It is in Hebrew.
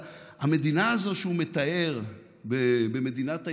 המדינה הזאת שהוא מתאר ב"מדינת היהודים",